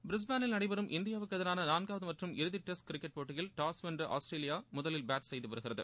பிரிஸ்பேனில் நடைபெறும் இந்தியாவுக்கு எதிரான நான்காவது மற்றும் இறுதி டெஸ்ட் கிரிக்கெட் போட்டியில் டாஸ் வென்ற ஆஸ்திரேலியா முதலில் பேட் செய்து வருகிறது